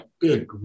good